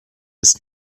ist